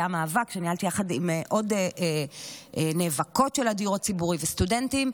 זה היה מאבק שניהלתי עם עוד נאבקות של הדיור הציבורי וסטודנטים.